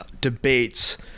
debates